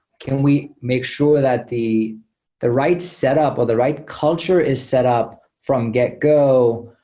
can we make sure that the the right set up or the right culture is set up from get go?